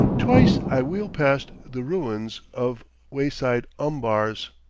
twice i wheel past the ruins of wayside umbars,